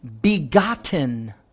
begotten